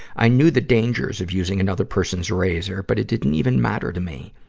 i knew the dangers of using another person's razor, but it didn't even matter to me.